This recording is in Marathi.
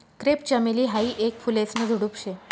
क्रेप चमेली हायी येक फुलेसन झुडुप शे